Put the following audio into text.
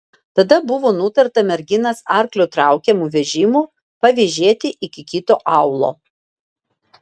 tada buvo nutarta merginas arklio traukiamu vežimu pavėžėti iki kito aūlo